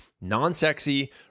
non-sexy